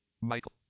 Michael